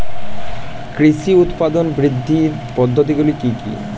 কৃষির উৎপাদন বৃদ্ধির পদ্ধতিগুলি কী কী?